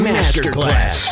Masterclass